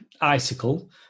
icicle